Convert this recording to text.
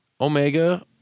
Omega